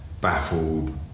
baffled